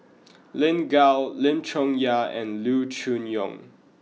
Lin Gao Lim Chong Yah and Loo Choon Yong